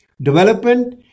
development